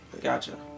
Gotcha